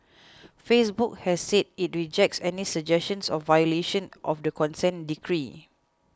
Facebook has said it rejects any suggestions of violation of the consent decree